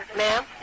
ma'am